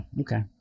okay